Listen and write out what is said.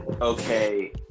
okay